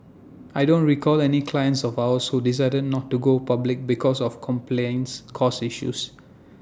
I don't recall any clients of ours who decided not to go public because of compliance costs issues